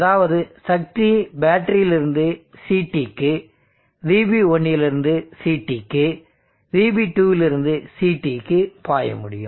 அதாவது சக்தி பேட்டரியிலிருந்து CTக்கு VB1லிருந்து CTக்கு VB2லிருந்து CTக்கு பாய முடியும்